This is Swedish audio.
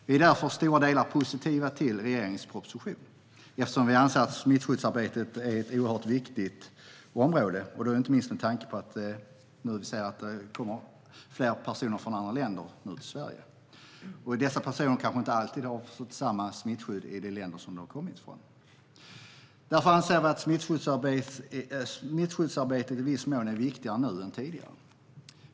Vi är i stora delar positiva till regeringens proposition eftersom vi anser att smittskyddsarbetet är oerhört viktigt, inte minst med tanke på att det nu kommer allt fler personer ifrån andra länder till Sverige. Dessa personer kanske inte alltid har fått samma smittskydd i de länder som de kommer ifrån. Därför anser vi att smittskyddsarbetet i viss mån är viktigare nu än tidigare.